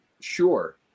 sure